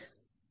மாணவர் ஆம்